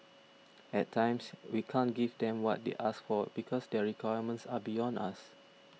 at times we can't give them what they ask for because their requirements are beyond us